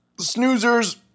Snoozers